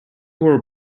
were